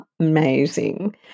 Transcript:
amazing